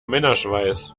männerschweiß